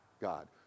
God